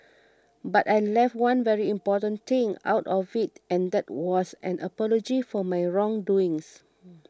but I left one very important thing out of it and that was an apology for my wrong doings